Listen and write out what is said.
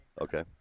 Okay